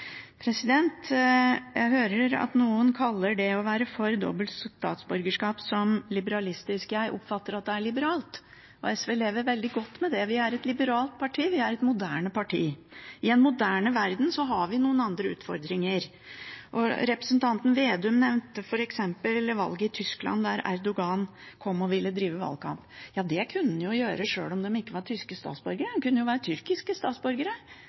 noen kaller det å være for dobbelt statsborgerskap liberalistisk. Jeg oppfatter at det er liberalt. SV lever veldig godt med det, for vi er et liberalt parti, et moderne parti. I en moderne verden har vi andre utfordringer. Representanten Slagsvold Vedum nevnte f.eks. valget i Tyskland, der Erdogan kom og ville drive valgkamp. Men det kunne han jo gjort sjøl om de ikke var tyske statsborgere. De kunne jo vært tyrkiske statsborgere.